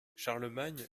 charlemagne